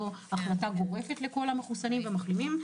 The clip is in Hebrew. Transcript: לא החלטה גורפת לכל המחוסנים והמחלימים,